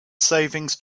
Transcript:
savings